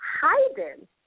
hiding